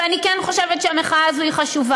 ואני כן חושבת שהמחאה הזאת היא חשובה.